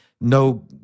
no